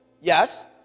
yes